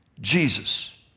Jesus